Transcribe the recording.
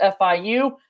FIU